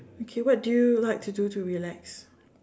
okay what do you like to do to relax